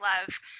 love